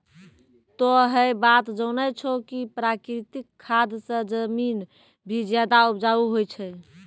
तोह है बात जानै छौ कि प्राकृतिक खाद स जमीन भी ज्यादा उपजाऊ होय छै